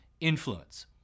influence